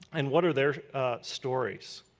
and what are their stories,